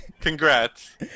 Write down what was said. congrats